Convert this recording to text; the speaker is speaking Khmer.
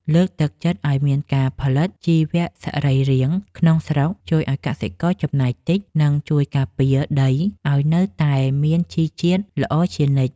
លើកទឹកចិត្តឱ្យមានការផលិតជីសរីរាង្គក្នុងស្រុកជួយឱ្យកសិករចំណាយតិច និង ជួយការពារដីឱ្យនៅតែមានជីជាតិល្អជានិច្ច។